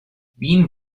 wien